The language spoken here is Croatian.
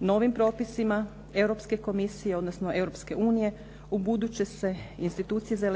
Novim propisima Europske komisije, odnosno Europske unije ubuduće se institucije za